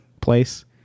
place